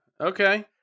Okay